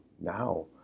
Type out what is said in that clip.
now